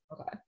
okay